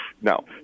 No